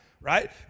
Right